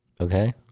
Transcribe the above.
Okay